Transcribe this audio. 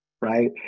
right